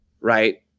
right